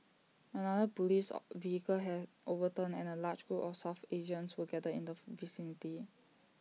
another Police vehicle had overturned and A large group of south Asians were gathered in the vicinity